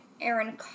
aaron